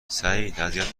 سعیداذیت